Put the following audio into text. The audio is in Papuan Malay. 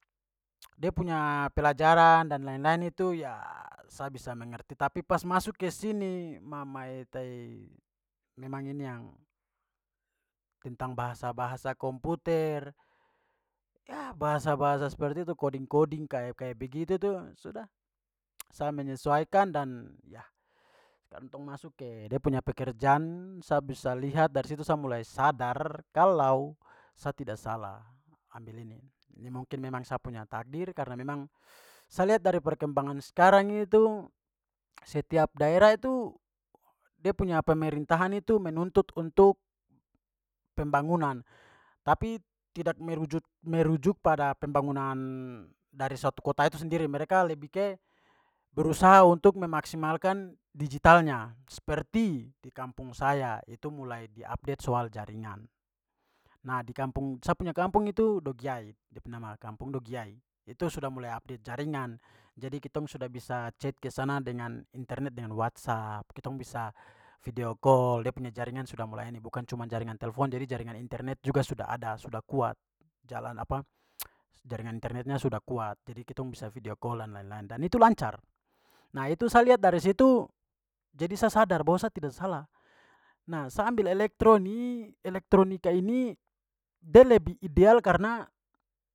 da punya pelajaran dan lain-lain itu ya sa bisa mengerti, tapi pas masuk ke sini, mama eta e, memang ini yang tentang bahasa-bahasa komputer, ya, bahasa-bahasa seperti itu, coding-coding, kayak-kayak begitu tu, sudah, sa menyesuaikan dan ya. Sekarang tong masuk ke de punya pekerjaan. Sa bisa lihat dari situ sa mulai sadar kalau sa tidak salah ambil ini. Ini mungkin memang sa punya takdir karena memang sa liat dari perkembangan sekarang itu setiap daerah itu de punya pemerintahan itu menuntut untuk pembangunan tapi tidak merujut- merujuk pada pembangunan dari suatu kota itu sendiri. Mereka lebih ke berusaha untuk memaksimalkan digitalnya. Seperti di kampung saya itu mulai diupdate soal jaringan. Nah, di kampung, sa punya kampung itu dogiyai, de pu nama kampung dogiyai, itu sudah mulai update jaringan. Jadi kitong sudah bisa cek ke sana dengan internet dengan whatsapp, kitong bisa video call, dia punya jaringan sudah melayani, bukan cuman jaringan telfon jadi jaringan internet juga sudah ada sudah kuat. jaringan internetnya sudah kuat jadi kitong bisa video call dan lain-lain. Dan itu lancar. Nah, itu sa lihat dari situ jadi sa sadar bahwa sa tidak salah. Nah, sa ambil elektro ni- elektronika ini de lebih ideal karna.